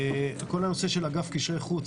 כל הנושא של אגף קשרי חוץ,